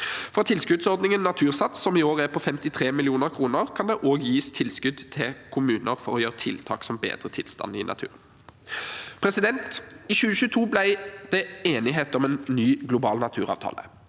Fra tilskuddsordningen Natursats, som i år er på 53 mill. kr, kan det også gis tilskudd til kommuner for å gjøre tiltak som bedrer tilstanden i naturen. I 2022 ble det enighet om en ny global naturavtale.